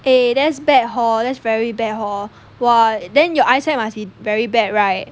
eh that's bad hor that's very bad hor !wah! then your eyesight must be very bad right